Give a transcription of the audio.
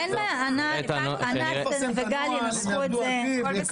תנסחו את זה.